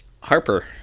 Harper